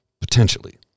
potentially